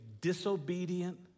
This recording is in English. disobedient